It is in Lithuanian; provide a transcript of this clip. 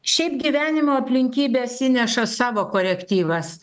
šiaip gyvenimo aplinkybės įneša savo korektyvas